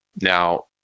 Now